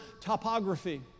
topography